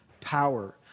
power